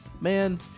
Man